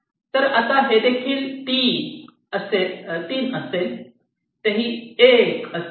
तर आता हे देखील 3 असेल तेही 1 असेल